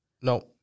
No